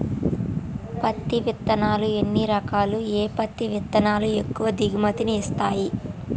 పత్తి విత్తనాలు ఎన్ని రకాలు, ఏ పత్తి విత్తనాలు ఎక్కువ దిగుమతి ని ఇస్తాయి?